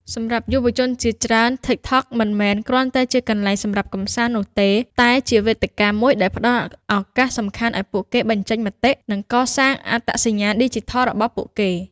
សម្រាប់យុវជនជាច្រើន TikTok មិនមែនគ្រាន់តែជាកន្លែងសម្រាប់កម្សាន្តនោះទេ តែជាវេទិកាមួយដែលផ្ដល់ឱកាសសំខាន់ឲ្យពួកគេ បញ្ចេញមតិ និង កសាងអត្តសញ្ញាណឌីជីថល របស់ពួកគេ។